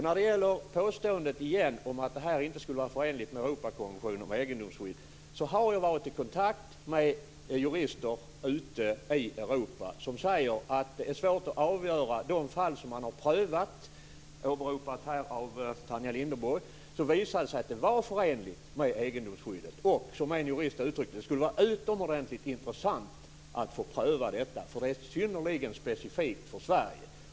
När det gäller påståendet att detta inte skulle vara förenligt med Europakonventionens egendomsskydd vill jag säga att jag har varit i kontakt med jurister ute i Europa som säger att detta är svårt att avgöra. I de fall som man har prövat, här åberopade av Tanja Linderborg, har det visat sig att det var förenligt med egendomsskyddet. Som en av juristerna uttryckt sig skulle det vara utomordentligt intressant att få detta prövat, eftersom det gäller något som är synnerligen specifikt för Sverige.